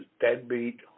deadbeat